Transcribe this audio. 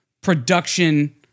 production